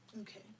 Okay